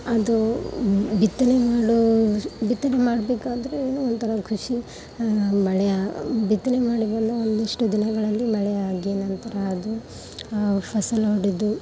ಅದು ಬಿತ್ತನೆ ಮಾಡೋ ಬಿತ್ತನೆ ಮಾಡಬೇಕಾದ್ರೆ ಏನೊ ಒಂಥರ ಖುಷಿ ಮಳೆ ಬಿತ್ತನೆ ಮಾಡಿ ಬಂದ ಒಂದಿಷ್ಟು ದಿನಗಳಲ್ಲಿ ಮಳೆ ಆಗಿ ನಂತರ ಅದು ಫಸಲೊಡೆದು